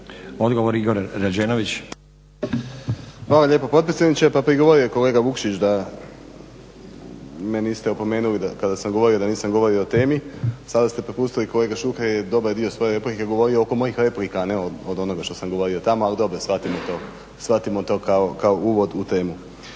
Igor (SDP)** Hvala lijepa potpredsjedniče. Pa prigovorio je kolega Vukšić da me niste opomenuli kada sam govorio da nisam govorio o tome, sada ste propustili kolega Šuker je dobar dio svoje replike govorio oko mojih replika, a ne od onoga što sam govorio tamo, ali dobro shvatimo to kao uvod u temu.